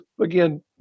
again